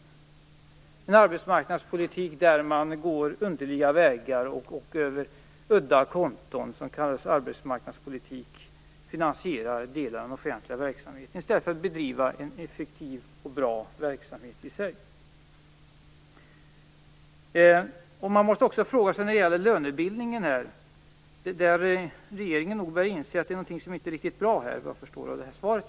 Slipper vi en arbetsmarknadspolitik där man går underliga vägar och där man över udda konton som kallas arbetsmarknadspolitik finansierar delar av den offentliga verksamheten istället för att bedriva en effektiv och bra verksamhet i sig? När det gäller lönebildningen börjar regeringen nog inse att det är något som inte är riktigt bra, vad jag förstår av svaret.